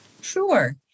Sure